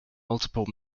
multiple